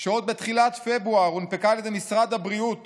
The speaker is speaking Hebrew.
שעוד בתחילת פברואר הונפקה על ידי משרד הבריאות